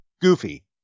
Goofy